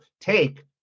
take